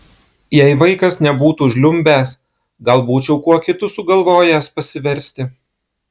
jei vaikas nebūtų žliumbęs gal būčiau kuo kitu sugalvojęs pasiversti